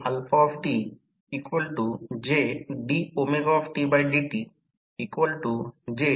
तो k 3 आहे प्राथमिक वाइंडिंग प्रतिकार आणि प्रतिक्रिया 1